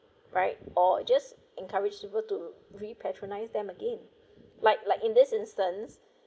right or just encouraged people to re-patronise them again like like in this instance